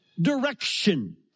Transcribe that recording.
direction